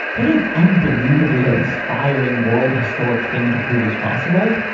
what an unbelievably inspiring, world-historic thing to prove is possible,